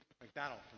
McDonald